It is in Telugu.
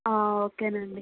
ఓకే అండీ